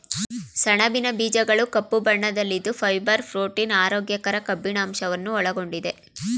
ಸಣಬಿನ ಬೀಜಗಳು ಕಪ್ಪು ಬಣ್ಣದಲ್ಲಿದ್ದು ಫೈಬರ್, ಪ್ರೋಟೀನ್, ಆರೋಗ್ಯಕರ ಕೊಬ್ಬಿನಂಶವನ್ನು ಒಳಗೊಂಡಿದೆ